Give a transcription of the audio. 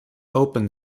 open